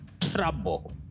trouble